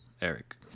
Eric